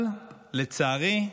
אבל לצערי,